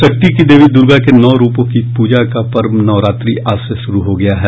शक्ति की देवी दुर्गा के नौ रूपों की पूजा का पर्व नवरात्रि आज से शुरू हो गया है